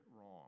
wrong